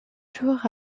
jours